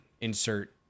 insert